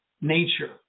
nature